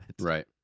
Right